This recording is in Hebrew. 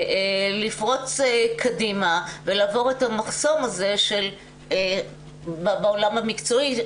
לפרוץ קדימה ולעבור את המחסום הזה בעולם המקצועי,